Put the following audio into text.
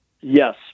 Yes